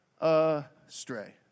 astray